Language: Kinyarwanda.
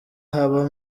haba